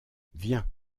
viens